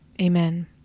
amen